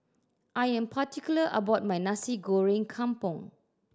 I am particular about my Nasi Goreng Kampung